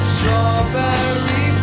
Strawberry